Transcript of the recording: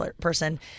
person